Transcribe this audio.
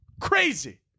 Crazy